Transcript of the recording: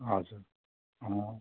हजुर